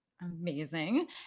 amazing